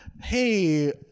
hey